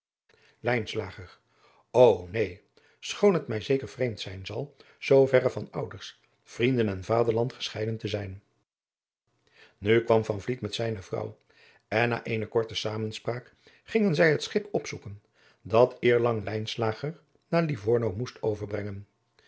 o neen schoon het mij zeker vreemd zijn zal zoo verre van ouders vrienden en vaderland gescheiden te zijn nu kwam van vliet met zijne vrouw en na eene korte zamenspraak gingen zij het schip opzoeken dat eerlang lijnslager naar livorno moest overbrengen